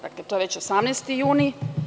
Dakle, to je 18. juni.